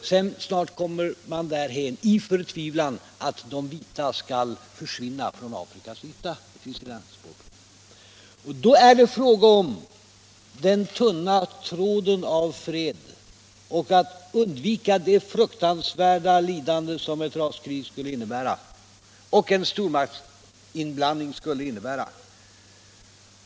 Och snart kommer man därhän i förtvivlan att de vita skall försvinna från Afrikas yta. Då är det frågan om den tunna tråden av fred och att undvika det fruktansvärda lidande som ett raskrig och en stormaktsinblandning skulle innebära.